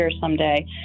someday